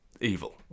evil